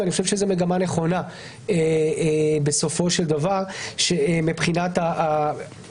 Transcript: ואני חושב שזאת מגמה נכונה בסופו של דבר מבחינת העתיד,